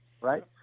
right